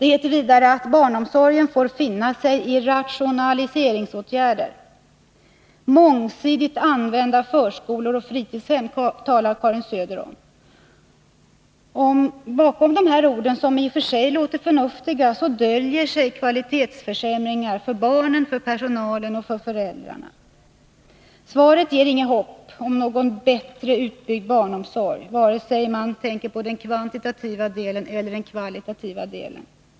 Det heter vidare att barnomsorgen får finna sig i ”rationaliseringsåtgärder”. ”Mångsidigt använda förskolor och fritidshem” talar Karin Söder om. Bakom dessa ord, som i och för sig låter förnuftiga, döljer sig kvalitetsförsämringar för barnen, för personalen och för föräldrarna. Svaret ger inget hopp om någon bättre utbyggd barnomsorg, vare sig man tänker på den kvantitativa eller på den kvalitativa sidan.